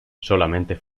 solamente